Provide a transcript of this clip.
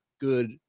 good